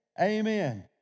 Amen